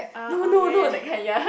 uh orh ya ya